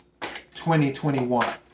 2021